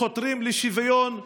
חותרים לשוויון,